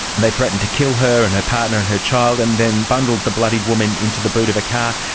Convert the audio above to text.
and they threatened to kill her and her partner and her child, and then bundled the bloodied woman into the boot of a car.